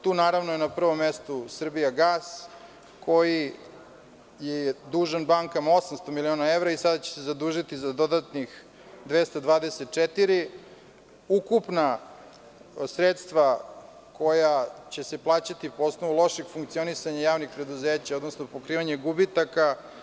Tu je naravno na prvom mestu „Srbijagas“, koji je dužan bankama 800 miliona evra, i sada će se zadužiti za dodatnih 224. ukupna sredstva koja će se plaćati po osnovu lošeg funkcionisanja javnih preduzeća, odnosno pokrivanje gubitaka.